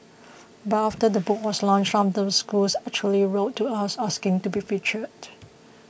but after the book was launched some of the schools actually wrote to us asking to be featured